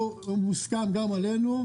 החשש שהועלה פה מוסכם גם עלינו,